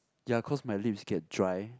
ya cause my lips get dry